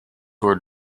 were